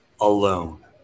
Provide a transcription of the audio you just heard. alone